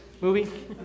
movie